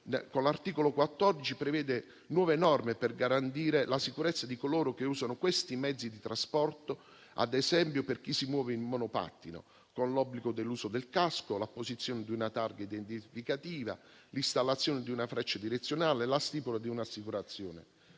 all'articolo 14, prevede nuove norme per garantire la sicurezza di coloro che usano questi mezzi di trasporto, ad esempio per chi si muove in monopattino, con l'obbligo dell'uso del casco, l'apposizione di una targa identificativa, l'installazione di una freccia direzionale, la stipula di un'assicurazione.